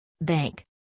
bank